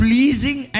Pleasing